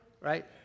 Right